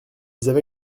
avaient